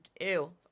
ew